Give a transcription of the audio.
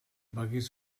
buggies